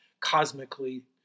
cosmically